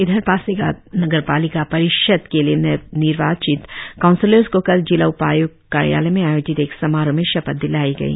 इधर पासीघाट नगर पालिका परिषद पी एम सी के लिए नवनिर्वाचित काउंसिलर्स को कल जिला उपाय्क्त कार्यालय में आयोजित एक समारोह में शपथ दिलाई गई